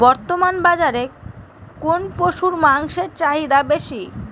বর্তমান বাজারে কোন পশুর মাংসের চাহিদা বেশি?